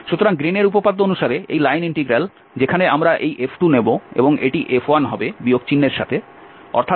সুতরাং গ্রীনের উপপাদ্য অনুসারে এই লাইন ইন্টিগ্রাল যেখানে আমরা এই F2নেব এবং এটি F1 হবে বিয়োগ চিহ্নের সাথে অর্থাৎ ½ যা ইতিমধ্যে আছে